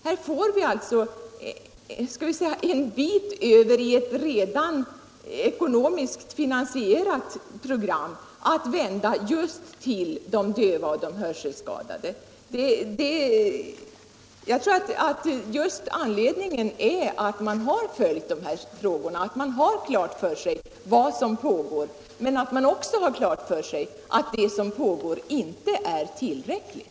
Här får vi låt mig säga en bit över i ett redan finansierat program för att vända oss just till de döva och de hörselskadade. Man har alltså följt de här frågorna och har klart för sig vad som pågår, men man har också klart för sig att det som pågår inte är tillräckligt.